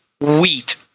wheat